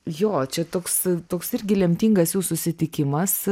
jo čia toks toks irgi lemtingas jų susitikimas